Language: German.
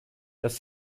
das